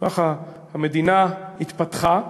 ככה המדינה התפתחה,